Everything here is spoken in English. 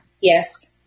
Yes